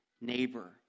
neighbor